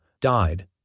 died